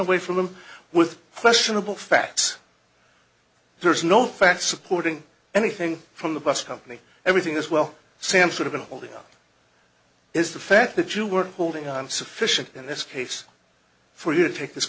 away from him with questionable facts there's no facts supporting anything from the bus company everything this well sam sort of been holding up is the fact that you were holding on sufficient in this case for you to take this